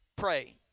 pray